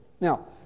Now